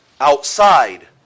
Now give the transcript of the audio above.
outside